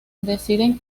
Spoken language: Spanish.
deciden